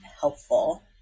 helpful